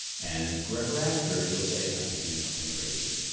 and forever after you'll say, i could do something crazy.